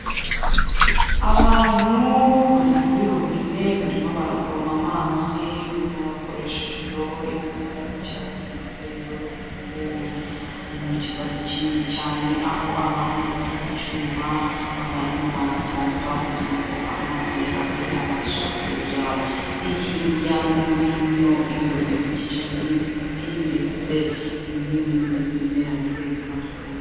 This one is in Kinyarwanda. Abantu bari kuri robine barimo baravoma amazi bakoresheje indobo iri mu ibara ry'icyatsi ndetse indobe iteretse mu kibase kinini cyane aho abandi bari ku cyuma, abarimo barapompa kugira ngo amazi abe yabasha kuza, hirya no hino iyo robine ikikijwe n'ibiti ndetse n'ibindi bimera bigiye bitandukanye.